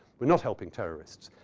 we're not helping terrorists.